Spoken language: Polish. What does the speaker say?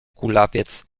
kulawiec